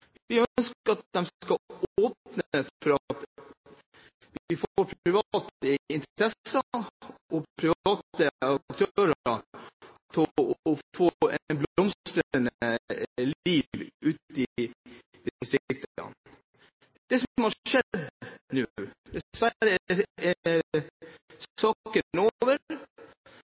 Vi ønsker at man skal åpne for at private interesser og private aktører skal få et blomstrende liv ute i distriktene. Det som nå har skjedd, er dessverre at saken er